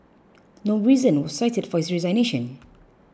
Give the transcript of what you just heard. no reason was cited for his resignation